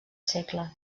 segle